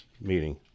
meeting